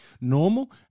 normal